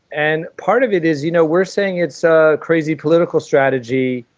and part of it is, you know, we're saying it's a crazy political strategy,